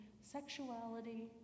sexuality